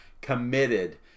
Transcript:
committed